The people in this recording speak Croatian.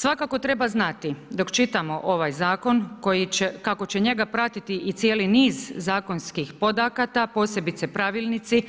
Svakako treba znati, dok čitamo ovaj Zakon, kako će njega pratiti i cijeli niz zakonskih podaakata, posebice pravilnici,